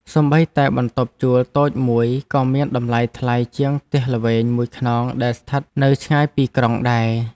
សូម្បីតែបន្ទប់ជួលតូចមួយក៏មានតម្លៃថ្លៃជាងផ្ទះល្វែងមួយខ្នងដែលស្ថិតនៅឆ្ងាយពីក្រុងដែរ។